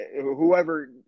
whoever –